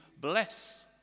bless